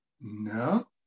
No